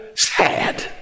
Sad